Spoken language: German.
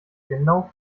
genau